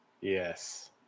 Yes